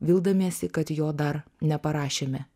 vildamiesi kad jo dar neparašėme